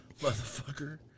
Motherfucker